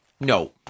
no